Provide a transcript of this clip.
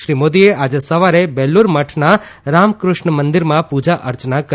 શ્રી મોદીએ આજે સવારે બેલુર મઠના રામક્રષ્ણ મંદિરમાં પૂજા અર્ચના કરી